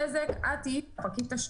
בזק, את תהיי תשתית.